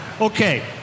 Okay